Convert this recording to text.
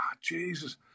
Jesus